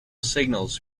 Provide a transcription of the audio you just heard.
signals